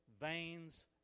veins